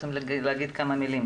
שרוצים להגיד כמה מילים.